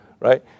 right